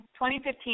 2015